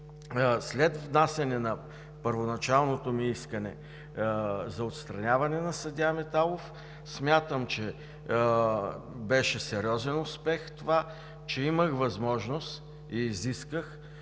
След внасяне на първоначалното ми искане за отстраняване на съдия Миталов, смятам, че беше сериозен успех това, че имах възможност и изисках